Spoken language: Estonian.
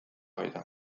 hoida